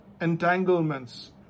Entanglements